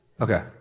Okay